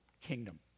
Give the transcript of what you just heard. kingdom